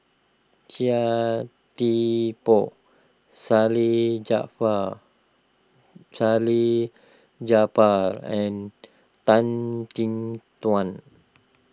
Chia Thye Poh Salleh Japar Salleh Japar and Tan Chin Tuan